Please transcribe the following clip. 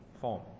form